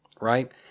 right